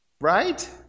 Right